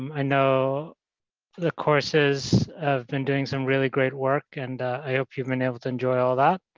i know the courses have been doing some really great work, and i hope you've been able to enjoy all that.